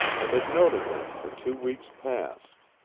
and had noted them for two weeks past.